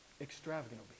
Extravagant